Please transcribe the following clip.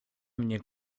mnie